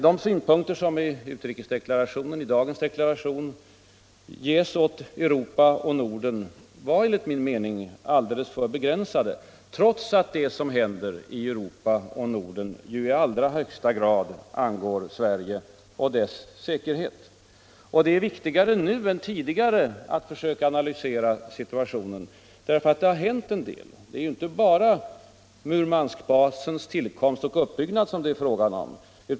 I dagens utrikesdeklaration sägs verkligen inte mycket om Europa och Norden, trots att det som händer i Europa och Norden i allra högsta grad angår Sverige och dess säkerhet. Det är viktigare nu än tidigare att analysera läget i vår närmaste omgivning därför att det här har hänt en del. Det är inte bara Murmanskbasens tillkomst och uppbyggnad som det är frågan om.